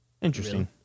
Interesting